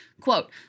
Quote